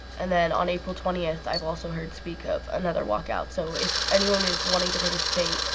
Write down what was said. and then, on april twentieth, i've also heard speak of another walkout. so if anyone is wanting to participate,